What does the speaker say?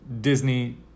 Disney